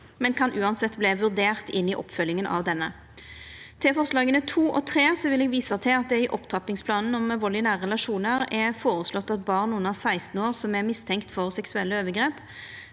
men kan uansett verta vurdert i oppfølginga av denne. Til forslaga nr. 2 og 3: Eg vil visa til at det i opptrappingsplanen mot vald i nære relasjonar er føreslått at barn under 16 år som er mistenkte for seksuelle overgrep,